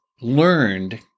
learned